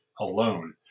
alone